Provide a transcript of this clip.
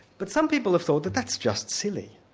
but some people have thought that that's just silly,